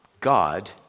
God